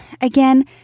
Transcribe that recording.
again